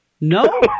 no